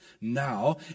Now